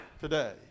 Today